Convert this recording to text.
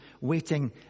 waiting